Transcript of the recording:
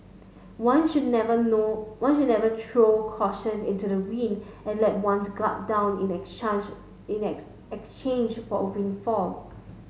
one should never no one should never throw caution into the wind and let one's guard down in in exchange for a windfall